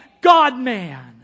God-man